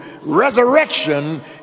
resurrection